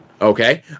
Okay